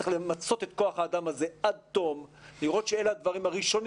צריך למצות את כוח האדם הזה עד תום ולראות שאלה הדברים הראשונים